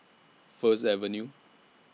First Avenue